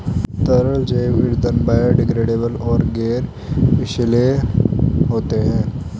तरल जैव ईंधन बायोडिग्रेडेबल और गैर विषैले होते हैं